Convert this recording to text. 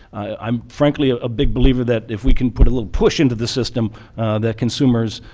i'm frankly ah a big believer that if we can put a little push in to the system that consumers,